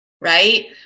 right